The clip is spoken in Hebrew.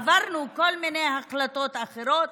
עברנו כל מיני החלטות אחרות,